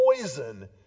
poison